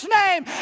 name